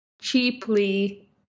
cheaply